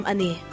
Ani